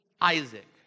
Isaac